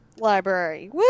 library